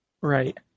Right